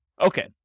Okay